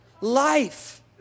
Life